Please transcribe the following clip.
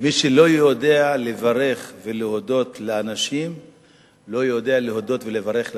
מי שלא יודע לברך ולהודות לאנשים לא יודע להודות ולברך לאלוהים.